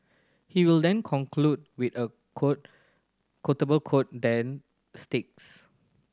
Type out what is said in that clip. he will then conclude with a quotable quote that sticks